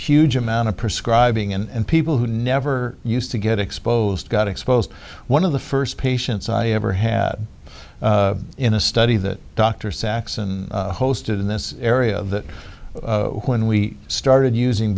huge amount of prescribing and people who never used to get exposed got exposed one of the first patients i ever had in a study that dr saxon hosted in this area that when we started using